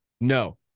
No